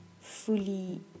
fully